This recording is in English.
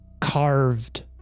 carved